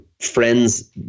friends